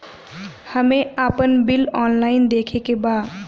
हमे आपन bill online देखे के बा?